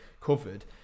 covered